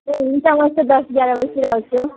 ए हुन्छ म यस्तै दस एघार बजेतिर आउँछु